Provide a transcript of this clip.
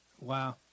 wow